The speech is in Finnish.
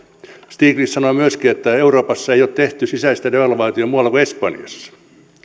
stiglitz sanoi myöskin että euroopassa ei ole tehty sisäistä devalvaatiota muualla kuin espanjassa